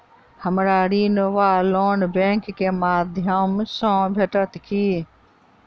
हमरा ऋण वा लोन बैंक केँ माध्यम सँ भेटत की?